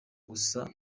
gusa